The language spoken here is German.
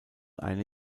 eine